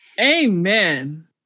Amen